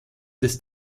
des